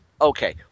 okay